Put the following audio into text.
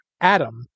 ADAM